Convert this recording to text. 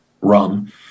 rum